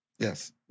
Yes